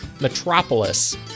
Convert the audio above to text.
Metropolis